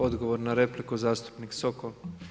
Odgovor na repliku, zastupnik Sokol.